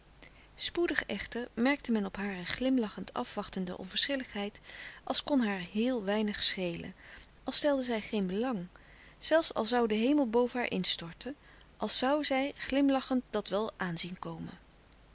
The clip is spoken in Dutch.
spoedig echter merkte men op hare glimlachend afwachtende onverschilligheid als kon haar heel weinig schelen als stelde zij geen belang zelfs al zoû de hemel boven haar instorten als zoû zij glimlachend dat wel aan zien komen